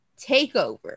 Takeover